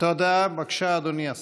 קארפול